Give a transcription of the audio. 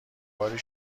باری